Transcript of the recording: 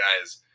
guys